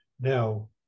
Now